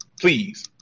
Please